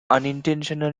unintentional